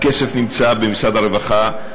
הכסף נמצא במשרד הרווחה.